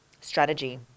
strategy